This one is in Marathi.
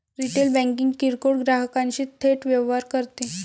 रिटेल बँकिंग किरकोळ ग्राहकांशी थेट व्यवहार करते